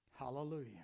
Hallelujah